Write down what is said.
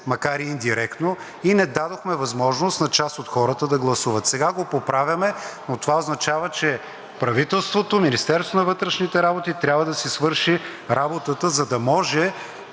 макар и индиректно и не дадохме възможност на част от хората да гласуват. Сега го поправяме, но това означава, че правителството, Министерството на вътрешните работи трябва да си свърши работата, за да може